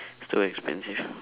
so expensive